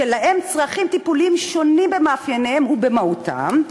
שלהם צרכים טיפוליים שונים במאפייניהם ובמהותם,